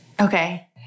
Okay